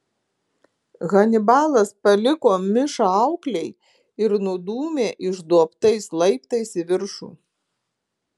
hanibalas paliko mišą auklei ir nudūmė išduobtais laiptais į viršų